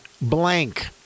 blank